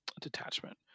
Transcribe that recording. detachment